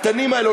הקטנים האלה,